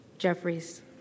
Jeffries